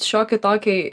šiokį tokį